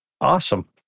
Awesome